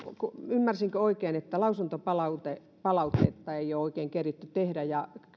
ymmärsinkö oikein että lausuntopalautetta ei ole oikein keritty tehdä ja